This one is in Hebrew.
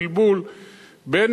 בלבול בין